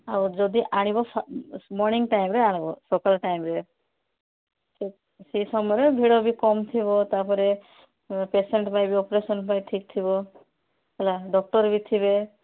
ଆଉ ଯଦି ଆଣିବ ମର୍ଣ୍ଣିଙ୍ଗ୍ ଟାଇମ୍ରେ ଆଣିବ ସକାଳ ଟାଇମ୍ରେ ସେ ସେଇ ସମୟରେ ଭିଡ଼ ବି କମ୍ ଥିବ ତାପରେ ପେସେଣ୍ଟ୍ ପାଇଁ ବି ଅପରେସନ୍ ପାଇଁ ଠିକ୍ ଥିବ ହେଲା ଡକ୍ଟର୍ ବି ଥିବେ